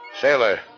Sailor